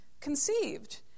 conceived